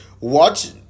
watch